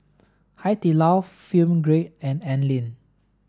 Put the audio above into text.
Hai Di Lao Film Grade and Anlene